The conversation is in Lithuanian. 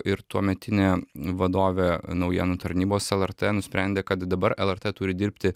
ir tuometinė vadovė naujienų tarnybos lrt nusprendė kad dabar lrt turi dirbti